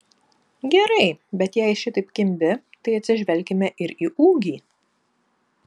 gerai bet jei šitaip kimbi tai atsižvelkime ir į ūgį